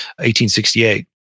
1868